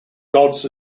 gods